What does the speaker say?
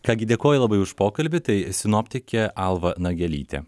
ką gi dėkoju labai už pokalbį tai sinoptikė alva nagelytė